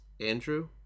Andrew